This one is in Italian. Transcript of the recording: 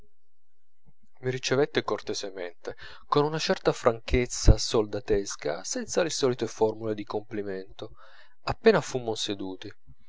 mi ricevette cortesemente con una certa franchezza soldatesca senza le solite formule di complimento appena fummo seduti